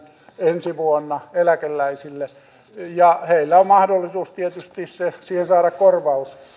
ensi vuonna eläkeläisille heillä on mahdollisuus tietysti siihen saada korvaus